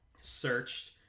searched